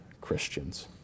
Christians